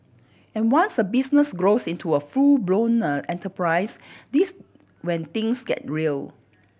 and once a business grows into a full blown enterprise this when things get real